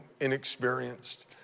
inexperienced